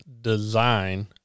design